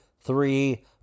three